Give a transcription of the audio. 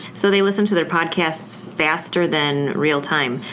so they listen to their podcasts faster than real time.